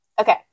Okay